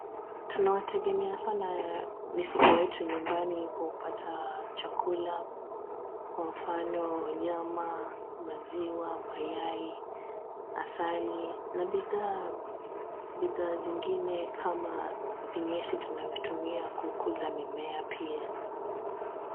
Tunawategemea sana mifugo wetu nyumbani kwa kupata chakula. Kwa mfano, nyama, maziwa, mayai, asali na bidhaa bidhaa zingine kama vinyesi tunavyotumia kukuza mimea pia.